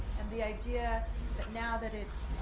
and the idea that now that it's